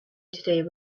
today